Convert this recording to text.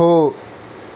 हो